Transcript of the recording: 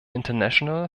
international